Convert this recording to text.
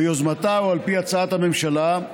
ביוזמתה או על פי הצעת הממשלה,